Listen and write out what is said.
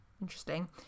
interesting